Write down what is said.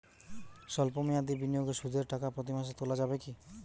সল্প মেয়াদি বিনিয়োগে সুদের টাকা প্রতি মাসে তোলা যাবে কি?